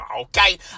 okay